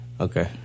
Okay